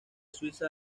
suiza